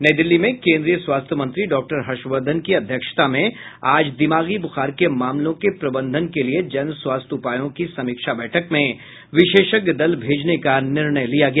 नई दिल्ली में केन्द्रीय स्वास्थ्य मंत्री डॉक्टर हर्षवर्द्धन की अध्यक्षता में आज दिमागी बुखार के मामलों के प्रबंधन के लिए जन स्वास्थ्य उपायों की समीक्षा बैठक में विशेषज्ञ दल भेजने का निर्णय लिया गया